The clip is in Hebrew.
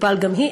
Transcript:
תטופל גם היא.